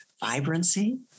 vibrancy